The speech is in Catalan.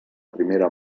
primera